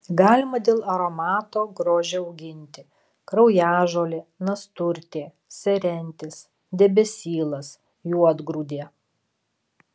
galima dėl aromato grožio auginti kraujažolė nasturtė serentis debesylas juodgrūdė